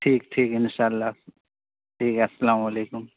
ٹھیک ٹھیک ان شاء اللہ ٹھیک ہے السلام علیکم